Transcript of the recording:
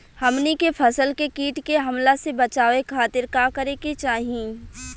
हमनी के फसल के कीट के हमला से बचावे खातिर का करे के चाहीं?